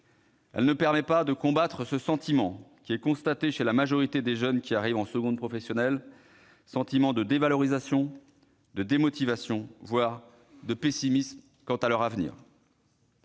Elle ne permet pas de combattre le sentiment, constaté chez la majorité des jeunes qui arrivent en seconde professionnelle, de dévalorisation, de démotivation, voire de pessimisme quant à leur avenir.